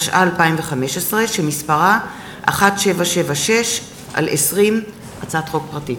התשע"ה 2015, שמספרה 1776/20, הצעת חוק פרטית.